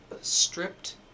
stripped